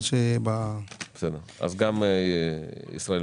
בסדר גמור.